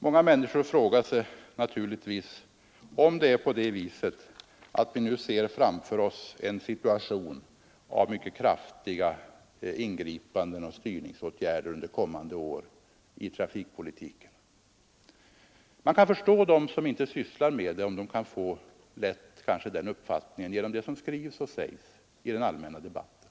Många människor frågar sig naturligtvis om vi nu ser framför oss en situation med mycket kraftiga ingripanden och styrningsåtgärder i trafikpolitiken under kommande år. Man kan förstå om de som inte sysslar med detta lätt kan få den uppfattningen genom det som skrivs och sägs i den allmänna debatten.